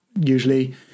Usually